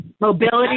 mobility